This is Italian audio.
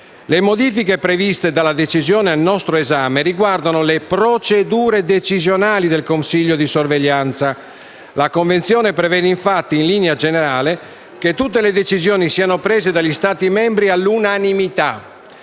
Le modifiche previste dalla decisione al nostro esame riguardano le procedure decisionali del Consiglio di sorveglianza. La Convenzione prevede infatti in linea generale che tutte le decisioni siano prese dagli Stati membri all'unanimità,